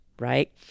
Right